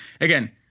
Again